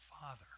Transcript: father